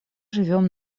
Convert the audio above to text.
живем